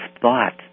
thoughts